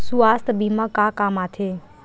सुवास्थ बीमा का काम आ थे?